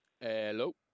Hello